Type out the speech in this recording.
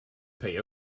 pay